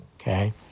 Okay